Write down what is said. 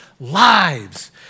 lives